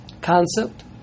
concept